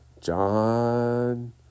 John